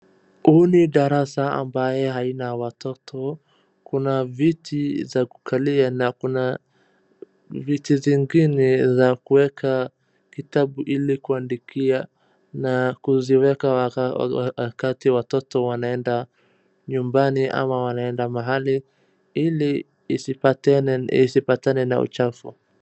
Huu ni darasa ambaye haina watoto. Kuna viti za kukalia na kuna viti zingine za kuweka kitabu ili kuandikia, na kuziweka waka, wa, wakati watoto wanaenda nyumbani ama wanaenda mahali ili isipatene, isipatane na uchafu.